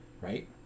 Right